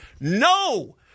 No